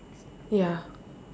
ya